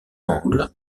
angle